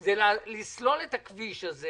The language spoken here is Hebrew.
הוא לסלול את הכביש הזה